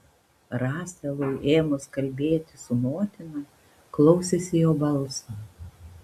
raselui ėmus kalbėti su motina klausėsi jo balso